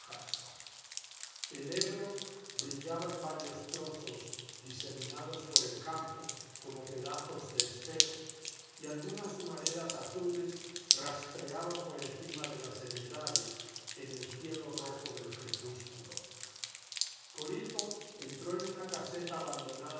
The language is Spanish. el ebro brillaba en varios trozos diseminados por el campo como pedazos de espejo y algunas humaredas azules rastreaban por encima de las heredades en el cielo rojo del crepúsculo corito entró en una caseta abandonada